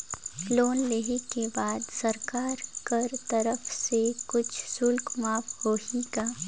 Loan लेहे के बाद सरकार कर तरफ से कुछ शुल्क माफ होही का?